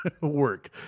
Work